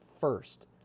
first